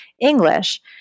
English